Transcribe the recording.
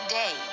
day